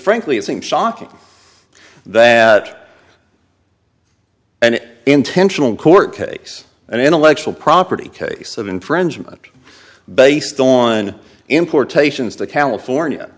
frankly it seems shocking that and it intentional court case and intellectual property case of infringement based on importations the california